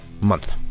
month